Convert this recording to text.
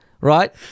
Right